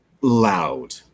loud